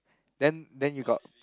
then then you got